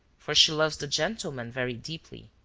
for she loves the gentleman very deeply,